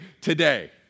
today